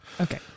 Okay